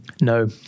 No